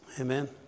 Amen